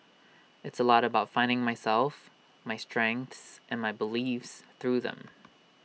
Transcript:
it's A lot about finding myself my strengths and my beliefs through them